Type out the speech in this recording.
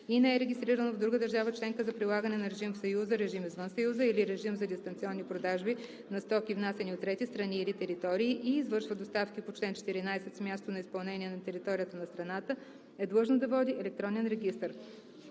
и не е регистрирано в друга държава членка за прилагане на режим в Съюза, режим извън Съюза или режим за дистанционни продажби на стоки, внасяни от трети страни или територии и извършва доставки по чл. 14 с място на изпълнение на територията на страната, е длъжно да води електронен регистър.“